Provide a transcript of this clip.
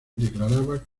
declarada